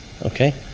Okay